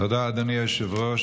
תודה, אדוני היושב-ראש.